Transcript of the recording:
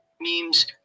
memes